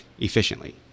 efficiently